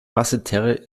basseterre